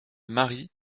marie